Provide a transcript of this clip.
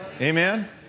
Amen